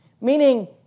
Meaning